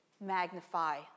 magnify